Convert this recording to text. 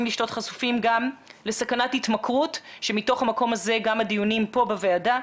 לשתות חשופים לסכנת התמכרות שמתוך המקום הזה גם הדיונים פה בוועדה,